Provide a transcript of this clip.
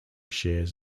shares